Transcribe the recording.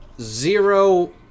zero